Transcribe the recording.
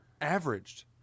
Averaged